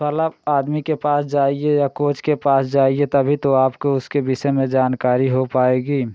फलाँ आदमी के पास जाइए या कोच के पास जाइए तभी तो आपको उसके विषय में जानकारी हो पाएगी